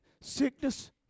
sickness